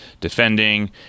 defending